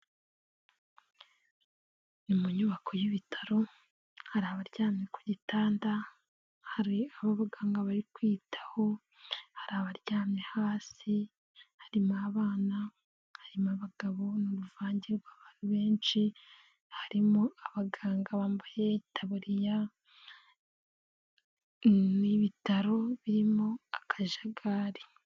Ni mu nyubako y'ibitaro, hari abaryamye ku gitanda, hari abo ababaganga bari kwitaho, hari abaryamye hasi, harimo abana, harimo abagabo, n'uruvange rwabantu benshi, harimo abaganga bambaye itabariya, ni ibitaro birimo akajagari.